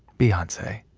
beyonce.